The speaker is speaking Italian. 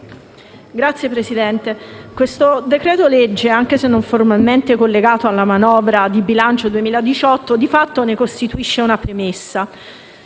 Signor Presidente, il decreto-legge in esame, anche se non formalmente collegato alla manovra di bilancio 2018, di fatto ne costituisce una premessa.